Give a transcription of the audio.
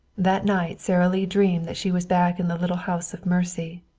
that night sara lee dreamed that she was back in the little house of mercy.